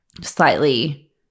slightly